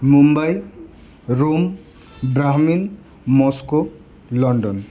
Mumbai Rome ব্রামিন Moscow London